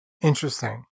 Interesting